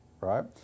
right